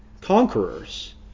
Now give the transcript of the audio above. conquerors